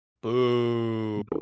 Boo